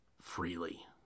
freely